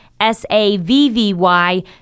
S-A-V-V-Y